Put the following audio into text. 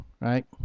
right